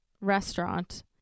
restaurant